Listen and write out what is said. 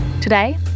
Today